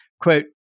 quote